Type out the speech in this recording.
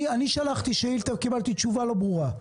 אני שלחתי שאילתה וקיבלתי תשובה לא ברורה.